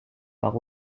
par